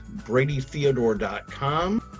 BradyTheodore.com